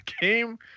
game